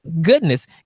goodness